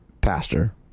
pastor